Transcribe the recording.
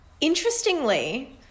Interestingly